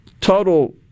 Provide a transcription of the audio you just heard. total